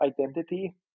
identity